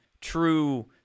true